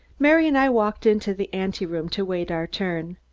mary and i walked into the anteroom to await our turn.